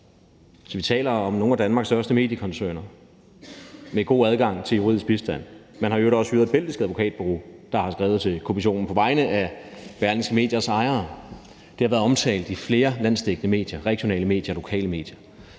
om. Vi taler om nogle af Danmarks største mediekoncerner med god adgang til juridisk bistand; man har i øvrigt også hyret et belgisk advokatbureau, som har skrevet til Kommissionen på vegne af Berlingske Medias ejere. Det har været omtalt i flere landsdækkende medier, regionale medier og lokale medier.